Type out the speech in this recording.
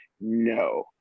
no